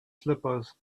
slippers